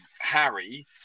Harry